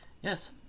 yes